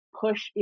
push